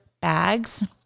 bags